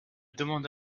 demande